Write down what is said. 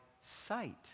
sight